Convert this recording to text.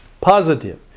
positive